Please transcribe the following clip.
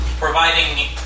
Providing